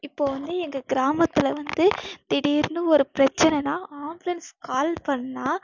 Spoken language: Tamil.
இப்போது வந்து எங்கள் கிராமத்தில் வந்து திடீர்னு ஒரு பிரச்சனைனா ஆம்புலன்ஸ் கால் பண்ணுணா